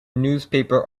newspaper